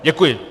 Děkuji.